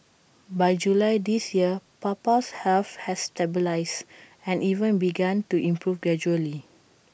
by July this year Papa's health had stabilised and even begun to improve gradually